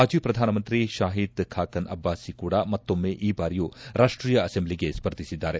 ಮಾಜಿ ಪ್ರಧಾನಮಂತ್ರಿ ಶಾಹಿದ್ ಖಾಕನ್ ಅಬ್ವಾಸಿ ಕೂಡ ಮತ್ತೊಮ್ಮೆ ಈ ಬಾರಿಯೂ ರಾಷ್ವೀಯ ಅಸೆಂಬ್ಲಿಗೆ ಸ್ಪರ್ಧಿಸಿದ್ದಾರೆ